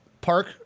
park